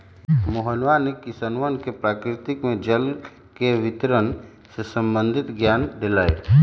मोहनवा ने किसनवन के प्रकृति में जल के वितरण से संबंधित ज्ञान देलय